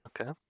Okay